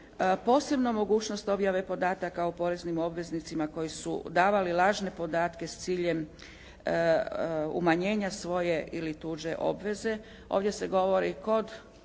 Posebno mogućnost objave podataka o poreznim obveznicima koji su davali lažne podatke s ciljem umanjenja svoje ili tuđe obveze. Ovdje se govori kod